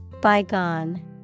Bygone